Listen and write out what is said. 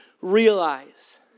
realize